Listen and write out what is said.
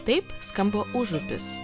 taip skamba užupis